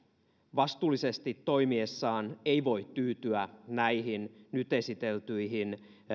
vastuullisesti toimiessaan ei voi tyytyä näihin nyt esiteltyihin